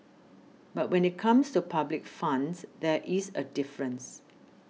but when it comes to public funds there is a difference